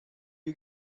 you